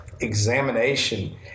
examination